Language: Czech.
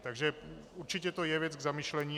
Takže určitě to je věc k zamyšlení.